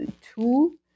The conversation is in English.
two